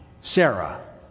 Sarah